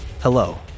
Hello